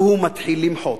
והוא מתחיל למחות.